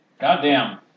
goddamn